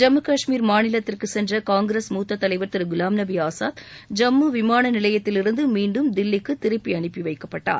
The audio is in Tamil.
ஜம்மு கஷ்மீர் மாநிலத்திற்கு சென்ற காங்கிரஸ் மூத்தத் தலைவர் திரு குலாம்நபி ஆசாத் ஜம்மு விமான நிலையத்திலிருந்து மீண்டும் தில்லிக்கு திருப்பி அனுப்பி வைக்கப்பட்டார்